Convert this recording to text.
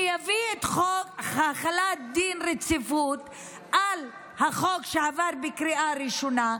שיביא את חוק החלת דין רציפות על החוק שעבר בקריאה ראשונה,